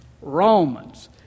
Romans